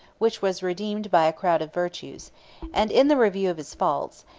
which was redeemed by a crowd of virtues and in the review of his faults,